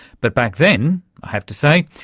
but back then, i have to say,